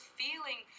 feeling